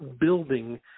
building